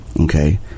Okay